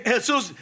Jesus